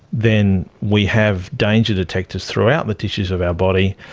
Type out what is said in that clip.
then we have danger detectors throughout the tissues of our body,